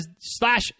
slash